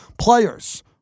players